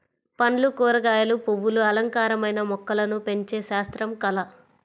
పండ్లు, కూరగాయలు, పువ్వులు అలంకారమైన మొక్కలను పెంచే శాస్త్రం, కళ